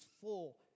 full